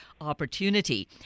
opportunity